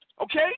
Okay